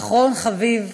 ואחרון חביב,